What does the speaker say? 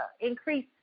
increase